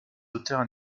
auteurs